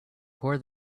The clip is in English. pour